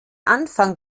anfang